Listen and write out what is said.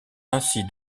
ainsi